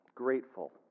Grateful